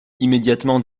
immédiatement